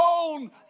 own